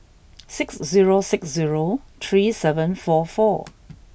six zero six zero three seven four four